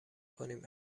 کنیم